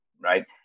right